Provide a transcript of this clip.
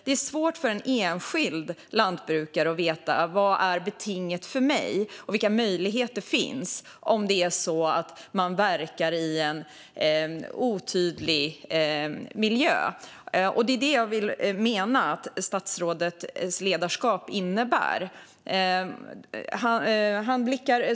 Det är svårt för en enskild lantbrukare att veta vad det egna betinget är och vilka möjligheter som finns om den miljö man verkar i är otydlig, och jag menar att det är vad statsrådets ledarskap innebär.